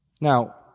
Now